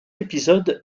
épisode